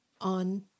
on